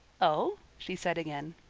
oh? she said again.